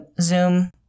Zoom